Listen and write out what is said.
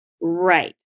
Right